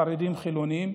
חרדים חילונים.